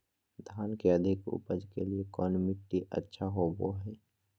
धान के अधिक उपज के लिऐ कौन मट्टी अच्छा होबो है?